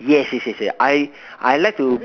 yes yes yes yes I I like to